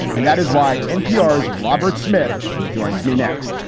and that is why npr's robert smith joins me next.